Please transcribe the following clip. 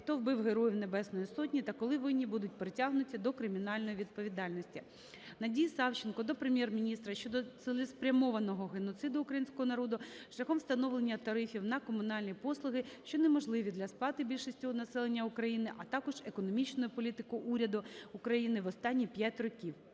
хто вбив Героїв Небесної Сотні та коли винні будуть притягнуті до кримінальної відповідальності. Надії Савченко до Прем'єр-міністра щодо цілеспрямованого геноциду українського народу шляхом встановлення тарифів на комунальні послуги, що неможливі для сплати більшістю населення України, а також економічною політикою Уряду України в останні п'ять років.